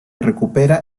recupera